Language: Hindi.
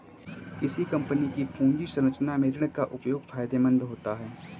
किसी कंपनी की पूंजी संरचना में ऋण का उपयोग फायदेमंद होता है